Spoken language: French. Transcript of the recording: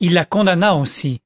il la condamna aussi